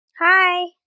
Hi